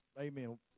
Amen